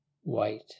white